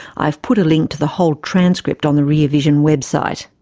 i've put a link to the whole transcript on the rear vision website.